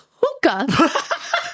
hookah